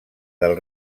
del